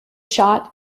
shot